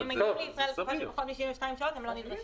אם הם מגיעים לישראל לפחות מ-72 שעות הם לא נדרשים.